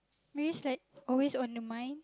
maybe it's like always on the mind